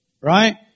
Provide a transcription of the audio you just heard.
right